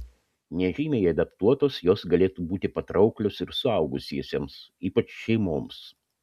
nežymiai adaptuotos jos galėtų būti patrauklios ir suaugusiesiems ypač šeimoms